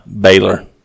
Baylor